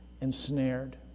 ensnared